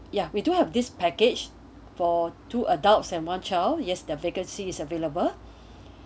ya we do have this package for two adults and one child yes they're vacancy is available